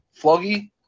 Floggy